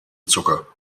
zucker